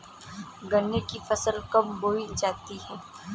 गन्ने की फसल कब बोई जाती है?